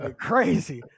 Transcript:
crazy